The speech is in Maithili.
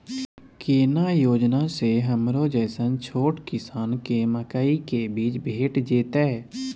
केना योजना स हमरो जैसन छोट किसान के मकई के बीज भेट जेतै?